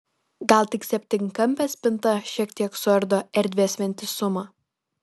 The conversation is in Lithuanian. gal tik septynkampė spinta šiek tiek suardo erdvės vientisumą